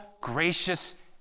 gracious